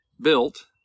built